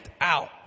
out